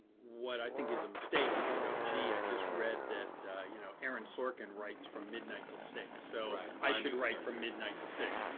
what i think is a mistake is to go, gee, i just read that you know aaron sorkin writes from midnight till six, so i should write from midnight to six.